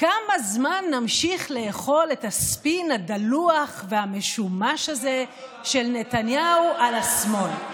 כמה זמן נמשיך לאכול את הספין הדלוח והמשומש הזה של נתניהו על השמאל?